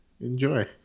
Enjoy